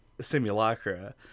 Simulacra